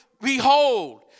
behold